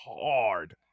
hard